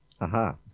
Aha